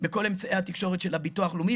בכל אמצעי התקשורת של הביטוח הלאומי,